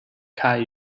cai